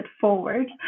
forward